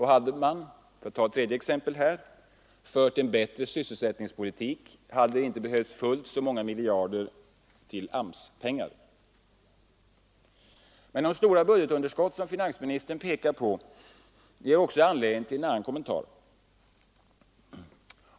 Hade man — för att ta ett tredje exempel — fört en bättre sysselsättningspolitik, hade det inte behövts fullt så många miljarder i AMS-pengar. Men det stora budgetunderskott som finansministern pekar på ger också anledning till en annan kommentar.